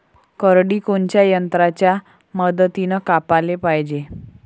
करडी कोनच्या यंत्राच्या मदतीनं कापाले पायजे?